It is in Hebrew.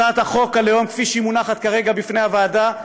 הצעת חוק הלאום כפי שהיא מונחת כרגע לפני הוועדה,